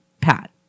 pat